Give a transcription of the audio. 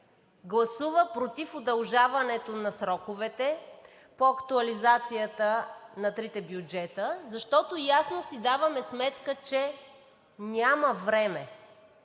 гласува против удължаването на сроковете по актуализацията на трите бюджета, защото ясно си даваме сметка, че няма време.